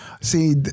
see